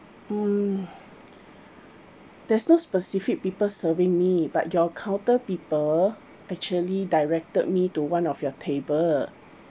hmm there's no specific people serving me but your counter people actually directed me to one of your table